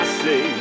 say